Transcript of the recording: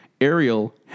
Ariel